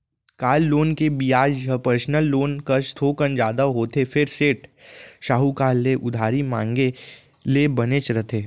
car loan के बियाज ह पर्सनल लोन कस थोकन जादा होथे फेर सेठ, साहूकार ले उधारी मांगे ले बनेच रथे